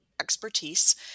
expertise